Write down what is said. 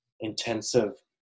intensive